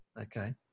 Okay